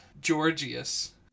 Georgius